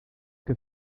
que